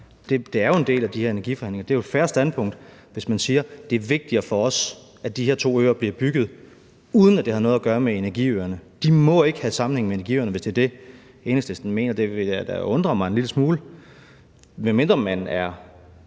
det er jo en del af de her energiforhandlinger. Det er jo et fair standpunkt, hvis man siger, at det er vigtigere for os, at de her to øer bliver bygget, uden at det har noget at gøre med energiøerne. De må ikke have sammenhæng med energiøerne, hvis det er det, Enhedslisten mener – det ville da undre mig en lille smule, medmindre man er